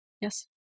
Yes